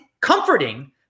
comforting